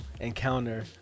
encounter